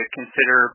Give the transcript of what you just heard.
consider